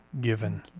given